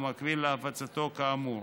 ובמקביל להפצתו כאמור,